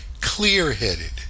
clear-headed